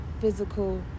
physical